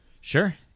Sure